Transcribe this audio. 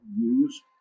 use